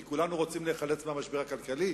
כי כולנו רוצים להיחלץ מהמשבר הכלכלי.